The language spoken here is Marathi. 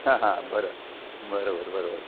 हां हां बरं बरोबर बरोबर